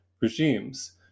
regimes